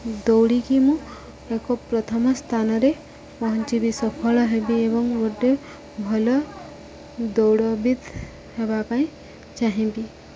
ଦୌଡ଼ିକି ମୁଁ ଏକ ପ୍ରଥମ ସ୍ଥାନରେ ପହଞ୍ଚିବି ସଫଳ ହେବି ଏବଂ ଗୋଟେ ଭଲ ଦୌଡ଼ବିତ୍ ହେବା ପାଇଁ ଚାହିଁବି